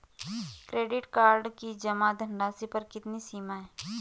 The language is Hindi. क्रेडिट कार्ड की जमा धनराशि पर कितनी सीमा है?